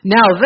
Now